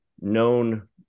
known